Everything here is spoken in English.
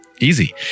Easy